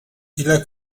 ile